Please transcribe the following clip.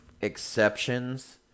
exceptions